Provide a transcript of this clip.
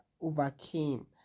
overcame